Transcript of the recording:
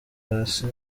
hasi